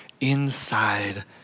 inside